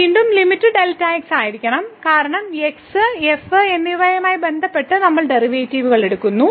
വീണ്ടും limit Δx ആയിരിക്കണം കാരണം x f എന്നിവയുമായി ബന്ധപ്പെട്ട് നമ്മൾ ഡെറിവേറ്റീവ് എടുക്കുന്നു